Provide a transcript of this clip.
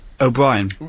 O'Brien